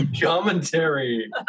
commentary